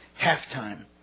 halftime